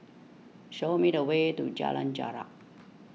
show me the way to Jalan Jarak